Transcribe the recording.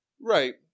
right